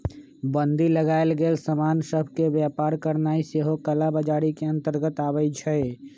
बन्दी लगाएल गेल समान सभ के व्यापार करनाइ सेहो कला बजारी के अंतर्गत आबइ छै